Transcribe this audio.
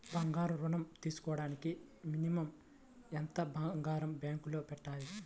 బంగారం ఋణం తీసుకోవడానికి మినిమం ఎంత బంగారం బ్యాంకులో పెట్టాలి?